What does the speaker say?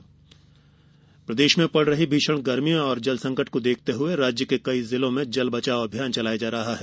जल अभियान प्रदेश में पड़ रही भीषण गर्मी और जल संकट को देखते हुए राज्य के कई जिलों में जल बचाओ अभियान चलाया जा रहा है